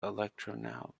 electronow